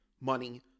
money